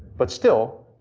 but still,